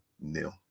nil